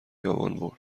برد